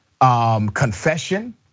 confession